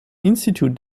institut